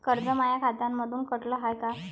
कर्ज माया खात्यामंधून कटलं हाय का?